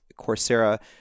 Coursera